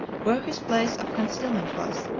where his place of concealment was,